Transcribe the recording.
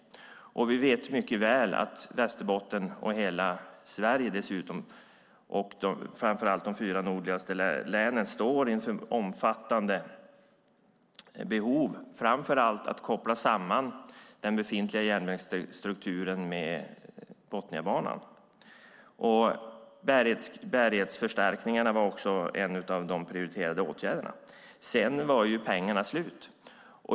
Vi vet mycket väl att hela Sverige, framför allt de fyra nordligaste länen, står inför omfattande behov. Det handlar framför allt om att koppla samman den befintliga järnvägsstrukturen med Botniabanan. Bärighetsförstärkningar var en av de prioriterade åtgärderna; sedan var pengarna slut.